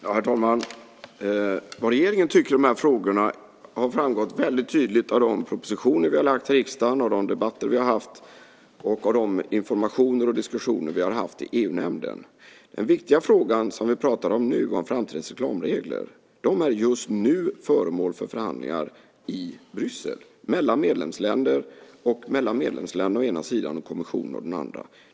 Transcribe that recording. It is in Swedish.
Herr talman! Vad regeringen tycker i de här frågorna har framgått tydligt i de propositioner vi har lagt fram för riksdagen, av de debatter vi har fört och av den information och de diskussioner som har varit i EU-nämnden. Den viktiga frågan som vi pratar om nu är framtidens reklamregler. De är just nu föremål för förhandlingar i Bryssel mellan medlemsländer och mellan medlemsländer å den ena sidan och kommissionen å den andra.